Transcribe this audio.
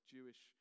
Jewish